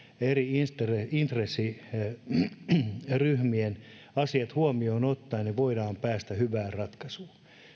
eri intressiryhmien asiat huomioon ottaen voimme päästä hyvään ratkaisuun